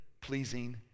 pleasing